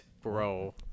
bro